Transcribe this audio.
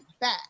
back